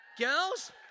Girls